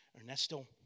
Ernesto